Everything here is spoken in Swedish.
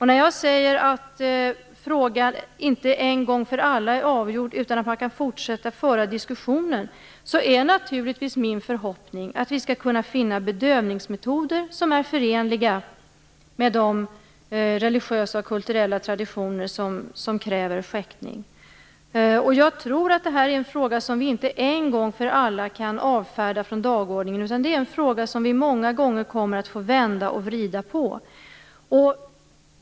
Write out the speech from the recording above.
När jag säger att frågan inte en gång för alla är avgjord utan att man kan fortsätta att föra diskussionen är min förhoppning naturligtvis att vi skall kunna finna bedövningsmetoder som är förenliga med de religiösa och kulturella traditioner som kräver skäktning. Jag tror att detta är en fråga som vi inte en gång för alla kan avfärda från dagordningen, utan det är en fråga som vi kommer att få vända och vrida på många gånger.